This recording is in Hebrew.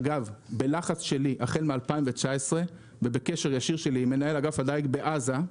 אגב בלחץ שלי החל מ-2019 ובקשר ישיר שלי עם מנהל אגף הדיג בעזה,